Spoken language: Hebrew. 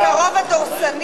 את הרוב הדורסני,